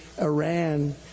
iran